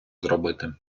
зробити